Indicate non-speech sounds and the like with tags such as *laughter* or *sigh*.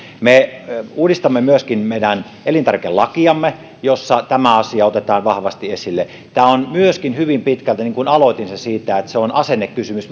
me uudistamme myöskin meidän elintarvikelakiamme jossa tämä asia otetaan vahvasti esille tämä on myöskin hyvin pitkälti niin kuin aloitin asennekysymys *unintelligible*